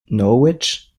norwich